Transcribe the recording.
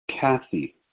Kathy